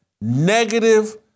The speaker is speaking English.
negative